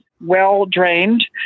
well-drained